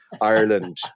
ireland